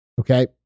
Okay